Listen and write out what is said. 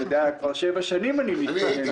כבר שבע שנים אני מתכונן לזה.